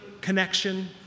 connection